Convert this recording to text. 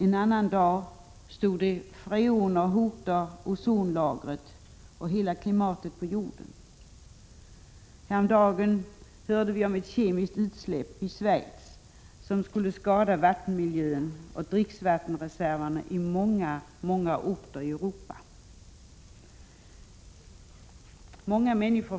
En annan dag stod det: Freoner hotar ozonlagret och hela klimatet på jorden. Vi hörde också nyligen om ett kemiskt utsläpp i Schweiz, som kom att skada vattenmiljön och dricksvattenreserverna på många orter i Europa.